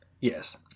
Yes